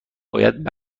باید